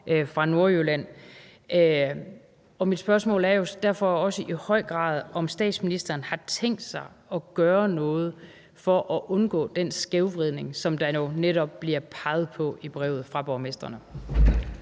fra Nordjylland. Mit spørgsmål er derfor også i høj grad, om statsministeren har tænkt sig at gøre noget for at undgå den skævvridning, som der jo netop bliver peget på i brevet fra borgmestrene.